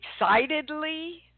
excitedly